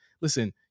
Listen